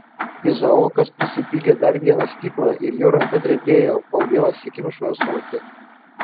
izaokas prisipylė dar vieną stiklą ir jo ranka drebėjo kol vėl atsikimšo ąsotį